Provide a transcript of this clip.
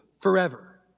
forever